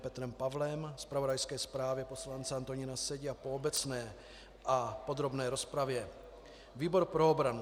Petrem Pavlem, zpravodajské zprávě poslance Antonína Sedi a po obecné a podrobné rozpravě výbor pro obranu